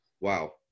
Wow